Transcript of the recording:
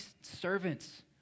servants